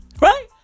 Right